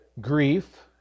grief